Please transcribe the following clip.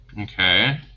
Okay